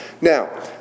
Now